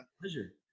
pleasure